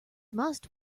must